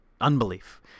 unbelief